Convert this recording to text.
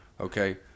Okay